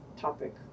topic